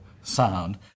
sound